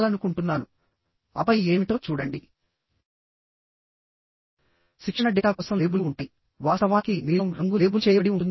ఎందుకంటే బోల్ట్ తో connect connect చేసినప్పుడు రంధ్రాలు చెయ్యాలి